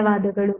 ಧನ್ಯವಾದಗಳು